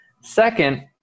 Second